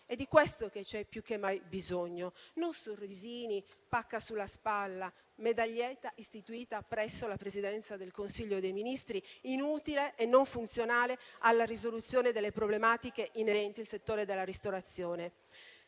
è di questo che c'è più che mai bisogno, non di sorrisini, pacche sulla spalla, medaglietta istituita presso la Presidenza del Consiglio dei ministri, inutile e non funzionale alla risoluzione delle problematiche inerenti il settore della ristorazione.